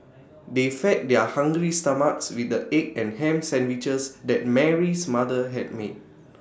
they fed their hungry stomachs with the egg and Ham Sandwiches that Mary's mother had made